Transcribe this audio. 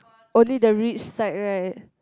only the rich side right